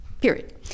Period